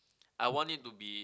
I want it to be